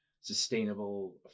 sustainable